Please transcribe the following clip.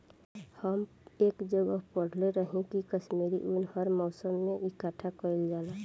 हम एक जगह पढ़ले रही की काश्मीरी उन हर मौसम में इकठ्ठा कइल जाला